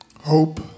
Hope